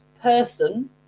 person